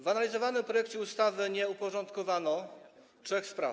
W analizowanym projekcie ustawy nie uporządkowano trzech spraw.